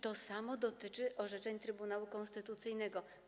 To samo dotyczy orzeczeń Trybunału Konstytucyjnego.